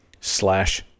slash